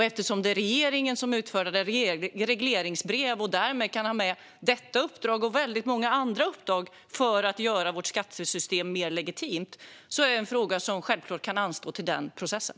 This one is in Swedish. Eftersom det är regeringen som utfärdar regleringsbrev och därmed kan ha med detta och många andra uppdrag för att göra vårt skattesystem mer legitimt är detta en fråga som självklart kan anstå till den processen.